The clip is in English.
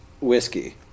whiskey